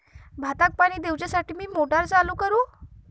भाताक पाणी दिवच्यासाठी मी मोटर चालू करू?